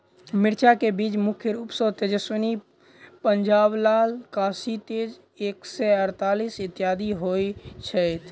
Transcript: मिर्चा केँ बीज मुख्य रूप सँ तेजस्वनी, पंजाब लाल, काशी तेज एक सै अड़तालीस, इत्यादि होए छैथ?